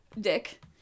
dick